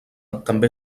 també